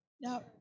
Now